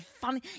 funny